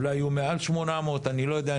אולי יהיו מעל 800, אני לא יודע.